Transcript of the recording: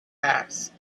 asked